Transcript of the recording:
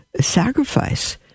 sacrifice